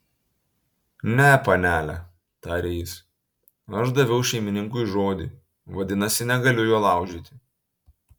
ne panele tarė jis aš daviau šeimininkui žodį vadinasi negaliu jo laužyti